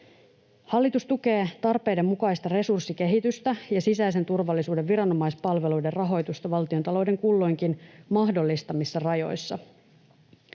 Hallitus tukee tarpeiden mukaista resurssikehitystä ja sisäisen turvallisuuden viranomaispalveluiden rahoitusta valtiontalouden kulloinkin mahdollistamissa rajoissa.